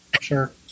sure